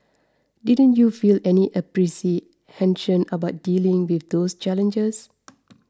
didn't you feel any apprehension about dealing with those challenges